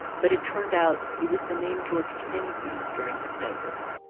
but it turned out it was the name george kenney used during hypnosis.